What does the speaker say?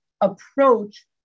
approach